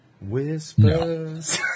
Whispers